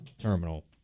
terminal